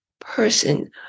person